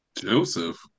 Joseph